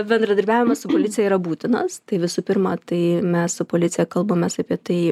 bendradarbiavimas su policija yra būtinas tai visų pirma tai mes su policija kalbamės apie tai